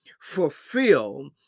fulfill